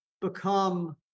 become